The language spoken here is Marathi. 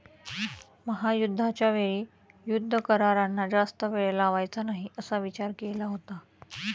महायुद्धाच्या वेळी युद्ध करारांना जास्त वेळ लावायचा नाही असा विचार केला होता